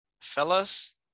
fellas